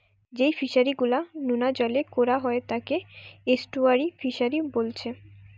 যেই ফিশারি গুলা নোনা জলে কোরা হয় তাকে এস্টুয়ারই ফিসারী বোলছে